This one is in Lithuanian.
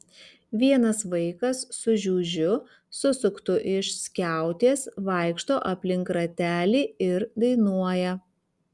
vienas vaikas su žiužiu susuktu iš skiautės vaikšto aplink ratelį ir dainuoja